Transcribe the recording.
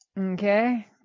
Okay